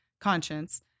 conscience